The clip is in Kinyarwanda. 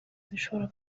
zishobora